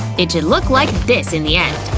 it should look like this in the end.